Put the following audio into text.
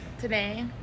Today